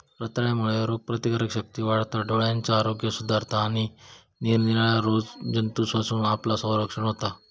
रताळ्यांमुळे रोगप्रतिकारशक्ती वाढता, डोळ्यांचा आरोग्य सुधारता आणि निरनिराळ्या रोगजंतूंपासना आपला संरक्षण होता